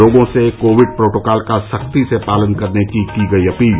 लोगों से Covid protocol का सख्ती से पालन करने की की गयी अपील